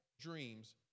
dreams